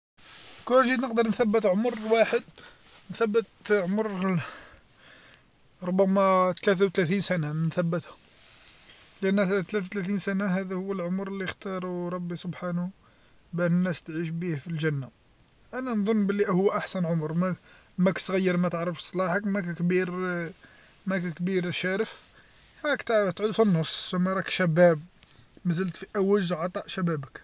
لوكان جيت نقدر نثبت عمر واحد نثبت عمر ربما ثلاتا وثلاتين سنه نثبتها، لأن ثلاتا و ثلاتين سنه هذا هو العمر لختارو ربي سبحانو باه ناس تعيش بيه في الجنه، أنا نظن بلي هو أحسن عمر ما ماك صغير ما تعرفش صلاحك ماك كبير ماك كبير شارف هاكتا تعود في النص مركش شباب مازالت في أول عطاء شبابك.